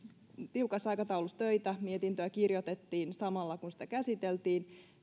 tiukassa aikataulussa töitä mietintöä kirjoitettiin samalla kun sitä käsiteltiin